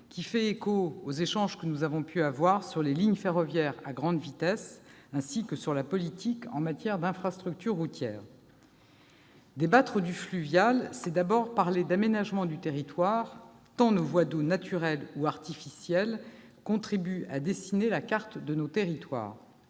qui fait écho à nos échanges sur les lignes ferroviaires à grande vitesse, ainsi que sur la politique en matière d'infrastructures routières. Débattre du fluvial, c'est d'abord parler d'aménagement du territoire tant nos voies d'eau naturelles ou artificielles contribuent à dessiner la carte de nos territoires.